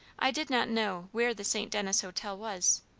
i did not know where the st. denis hotel was,